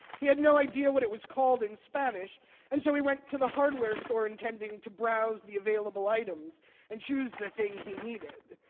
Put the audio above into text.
he had no idea what it was called in spanish and so he went to the hardware store intending to browse the available items and choose the thing he needed.